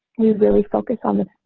we really focus on the